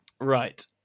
Right